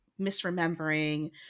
misremembering